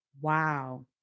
wow